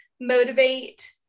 motivate